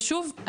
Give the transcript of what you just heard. ושוב,